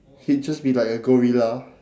he'd just be like a gorilla